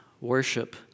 worship